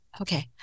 Okay